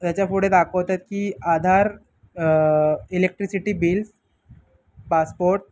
त्याच्या पुढे दाखवतायत की आधार इलेक्ट्रिसिटी बिल्स पासपोर्ट